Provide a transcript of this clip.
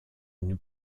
une